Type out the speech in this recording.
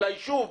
של היישוב,